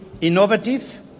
innovative